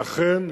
ואכן,